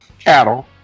cattle